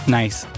nice